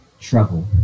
trouble